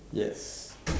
yes